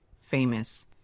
famous